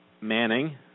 Manning